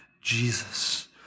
Jesus